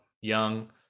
young